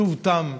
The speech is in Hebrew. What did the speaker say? בטוב טעם,